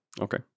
Okay